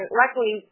luckily